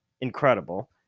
Incredible